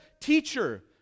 Teacher